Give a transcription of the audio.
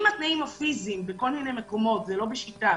אם התנאים הפיזיים בכל מיני מקומות זה לא ב"שיטה",